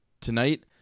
Tonight